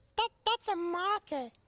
but that's a marker.